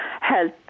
health